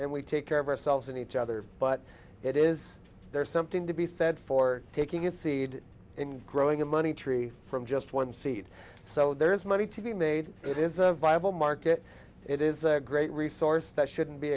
and we take care of ourselves and each other but it is there's something to be said for taking a seed and growing a money tree from just one seed so there is money to be made it is a viable market it is a great resource that shouldn't be